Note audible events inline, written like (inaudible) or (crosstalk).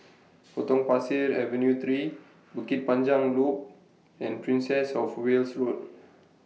(noise) Potong Pasir Avenue three Bukit Panjang Loop and Princess of Wales Road